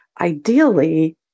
ideally